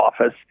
office